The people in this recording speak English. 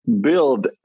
build